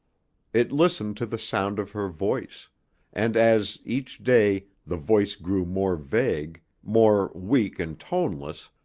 it listened to the sound of her voice and as, each day, the voice grew more vague, more weak and toneless,